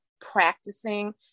practicing